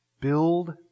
Build